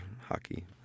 hockey